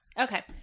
okay